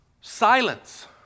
Silence